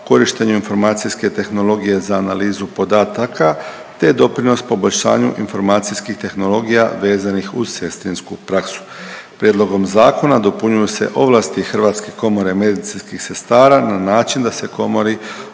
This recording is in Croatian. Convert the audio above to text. korištenjem informacijske tehnologije za analizu podataka, te doprinos poboljšanju informacijskih tehnologija vezanih uz sestrinsku praksu. Prijedlogom zakona dopunjuju se ovlasti Hrvatske komore medicinskih sestara na način da se komori